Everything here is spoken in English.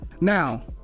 now